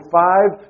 five